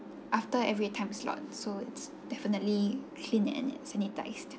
after every time slots so it's definitely cleaned and sanitized